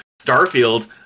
Starfield